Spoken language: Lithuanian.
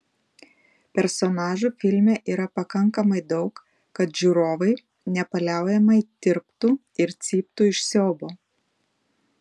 personažų filme yra pakankamai daug kad žiūrovai nepaliaujamai tirptų ir cyptų iš siaubo